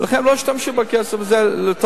ולכן הם לא השתמשו בכסף הזה למשכן.